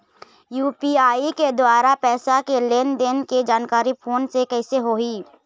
UPI के द्वारा पैसा के लेन देन के जानकारी फोन से कइसे होही?